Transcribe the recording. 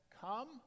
come